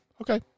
okay